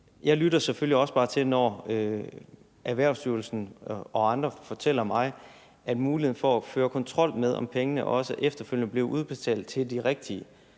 Jeg lytter selvfølgelig også bare til, når Erhvervsstyrelsen og andre fortæller mig, at muligheden for at føre kontrol med, om pengene også efterfølgende bliver udbetalt til de rigtige,